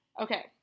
Okay